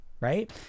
right